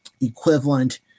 equivalent